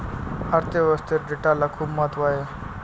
अर्थ व्यवस्थेत डेटाला खूप महत्त्व आहे